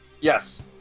Yes